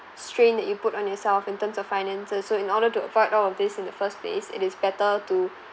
strain that you put on yourself in terms of finance so in order to avoid all of this in the first place it is better to